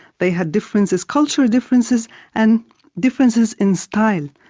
they had differences, cultural differences and differences in style,